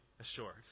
assured